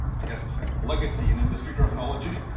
i guess legacy in industry terminology